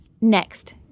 Next